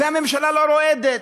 והממשלה לא רועדת,